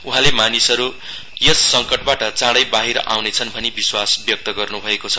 उहाँले मानिसहरू यस संकटबाट चाडौ बाहिर उनेछन् भनी विश्वास व्यक्त गर्न्भएको छ